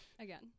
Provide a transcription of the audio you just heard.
Again